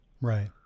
Right